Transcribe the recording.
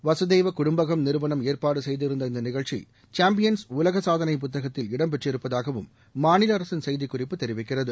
வகதைவ குடும்பகம் நிறுவனம் ஏற்பாடு செய்திருந்த இந்த நிகழ்ச்சி சாம்பியன்ஸ் உலக சாதனை புத்தகத்தின் இடம் பெற்றிருப்பதாகவும் மாநில அரசு செய்திக் குறிப்பு தெரிவிக்கிறது